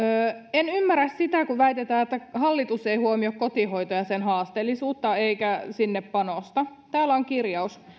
en ymmärrä sitä kun väitetään että hallitus ei huomioi kotihoitoa ja sen haasteellisuutta eikä sinne panosta täällä on kirjaus